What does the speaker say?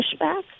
pushback